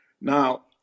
Now